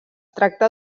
tracta